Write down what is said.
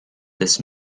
this